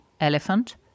elephant